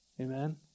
Amen